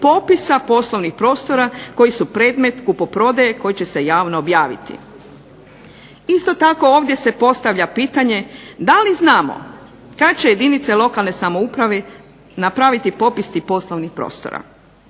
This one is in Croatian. popisa poslovnih prostora koji su predmet kupoprodaje koji će se javno objaviti. Isto tako ovdje se postavlja pitanje da li znamo kad će jedinice lokalne samouprave napraviti popis tih poslovnih prostora.